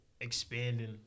expanding